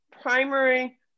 primary